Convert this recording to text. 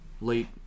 late